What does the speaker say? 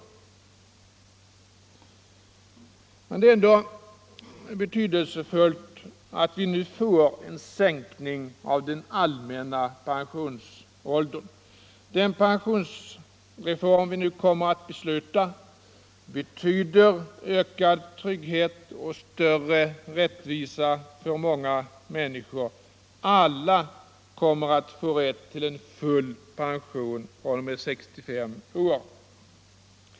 Det är emellertid ändå betydelsefullt att vi nu genomför en sänkning av den allmänna pensionsåldern. Den pensionsreform vi kommer att fatta beslut om betyder ökad trygghet och större rättvisa för många människor — alla kommer att få rätt till en full pension fr.o.m. 65 års ålder.